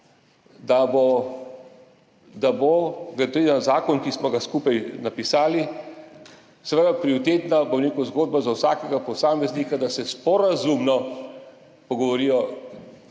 da bo glede na zakon, ki smo ga skupaj napisali, seveda prioritetna zgodba za vsakega posameznika, da se sporazumno pogovorijo,